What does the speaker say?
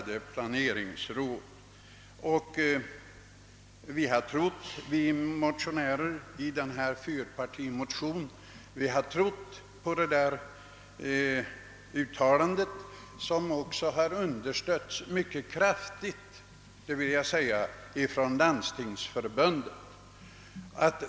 De ledamöter som står bakom denna fyrpartimotion har ansett att det ligger mycket i detta förslag, som också mycket kraftigt har understötts av Landstingsförbundet.